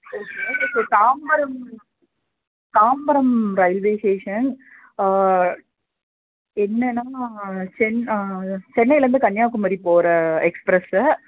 okay இப்போ Tambaram Tambaram railway station என்னென்னால் சென் சென்னையில் இருந்து கன்னியாகுமரி போகிற எக்ஸ்ப்ரஸ்